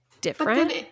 different